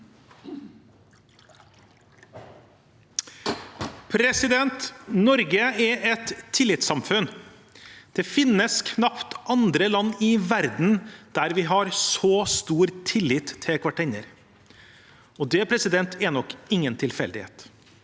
Norge er et til- litssamfunn. Det finnes knapt andre land i verden der vi har så stor tillit til hverandre – og det er nok ingen tilfeldighet.